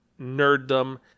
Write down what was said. nerddom